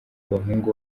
abahungu